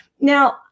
Now